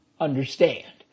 understand